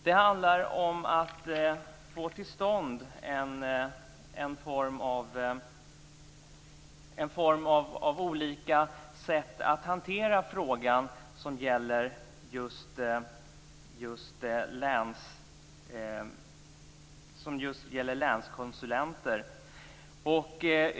Det handlar om att få till stånd olika sätt att hantera frågan som gäller just länskonsulenter.